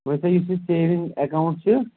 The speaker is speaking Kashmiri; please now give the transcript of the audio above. تۄہہِ چھا یُس یہِ سیوِنٛگ اٮ۪کاوُنٛٹ چھُ